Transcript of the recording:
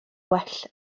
well